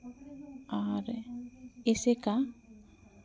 ᱟᱨ ᱮᱥᱮᱠᱟ